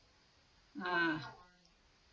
ah